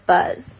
Buzz